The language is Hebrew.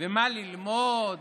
ומה ללמוד